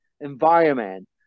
environment